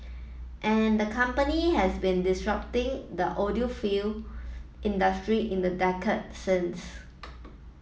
and the company has been disrupting the audiophile industry in the decade since